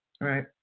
Right